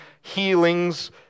healings